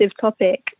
topic